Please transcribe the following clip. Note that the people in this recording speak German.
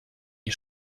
wie